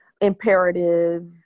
imperative